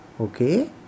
Okay